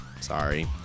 Sorry